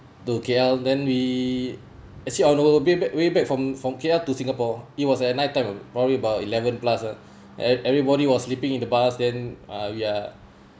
to K_L then we actually our on way back way back from from K_L to singapore it was at night time probably about eleven plus uh every everybody was sleeping in the bus then uh we are